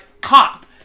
cop